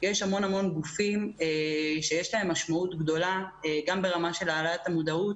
יש המון המון גופים שיש להם משמעות גדולה גם ברמה של העלאת המודעות